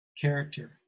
character